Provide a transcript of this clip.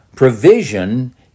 Provision